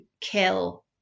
kill